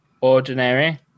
Ordinary